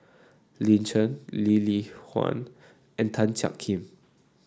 Lin Chen Lee Li Lian and Tan Jiak Kim